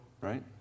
right